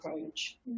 approach